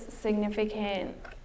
significant